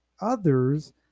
others